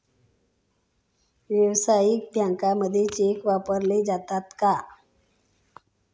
व्यावसायिक बँकांमध्ये चेक वापरले जातात का?